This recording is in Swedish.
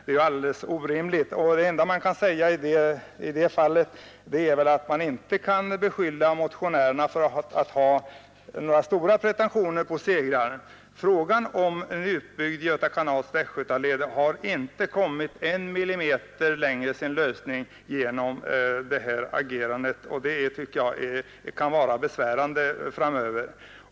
Det är alldeles orimligt, och det enda man kan säga är väl att det inte går att beskylla motionärerna för att ha några stora pretentioner på segrar. Frågan om en utbyggd Göta kanals västgötadel har inte kommit en millimeter närmare sin lösning genom det här agerandet. Detta kan nog vara besvärande framöver.